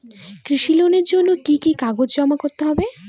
কৃষি লোনের জন্য কি কি কাগজ জমা করতে হবে?